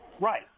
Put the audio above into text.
right